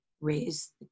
raise